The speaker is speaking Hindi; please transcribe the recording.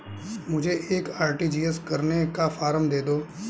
मुझे एक आर.टी.जी.एस करने का फारम दे दो?